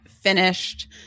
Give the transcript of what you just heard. finished